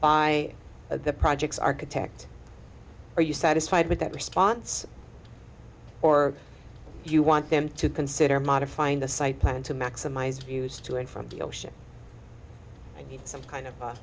by the project's architect are you satisfied with that response or do you want them to consider modifying the site plan to maximize use to and from the ocean i need some kind of